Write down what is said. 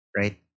Right